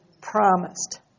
promised